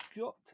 got